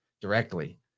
directly